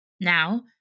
Now